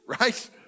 right